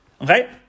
Okay